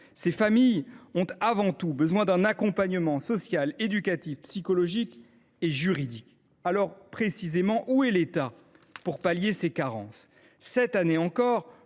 Ces familles ont avant tout besoin d’un accompagnement social, éducatif, psychologique et juridique. Précisément, que fait l’État pour pallier ses carences ? Cette année encore,